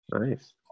Nice